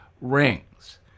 rings